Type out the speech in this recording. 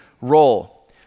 role